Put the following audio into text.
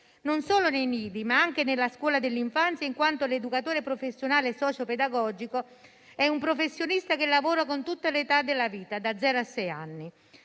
non solo nei nidi, ma anche nella scuola dell'infanzia, in quanto l'educatore professionale socio-pedagogico è un professionista che lavora con tutte le età della vita da zero a sei anni,